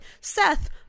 Seth